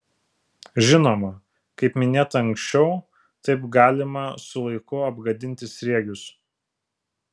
žinoma kaip minėta anksčiau taip galima su laiku apgadinti sriegius